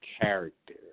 character